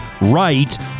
right